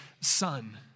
Son